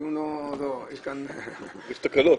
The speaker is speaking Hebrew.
הדיון לא, יש כאן --- יש תקלות.